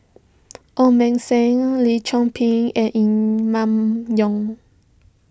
Ong Beng Seng Lim Chor Pee and Emma Yong